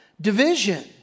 division